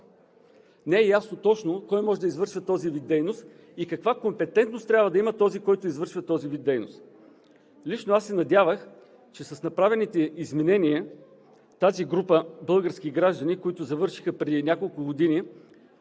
Не е ясно точно кой може да извършва този вид дейност и каква компетентност трябва да има този, който извършва този вид дейност. Лично аз се надявах, че с направените изменения тази група български граждани, които завършиха преди няколко години